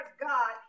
God